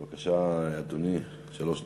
בבקשה, אדוני, שלוש דקות.